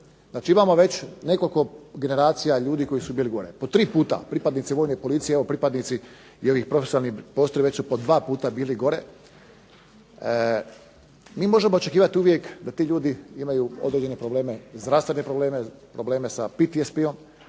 ovdje imamo već nekoliko generacija ljudi koji su bili gore, po tri puta, pripadnici Vojne policije, pripadnici profesionalnih postrojbi već su po dva puta bili gore, mi možemo očekivati da ti ljudi imaju određene zdravstvene problem, probleme sa PTSP-om